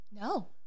No